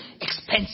expensive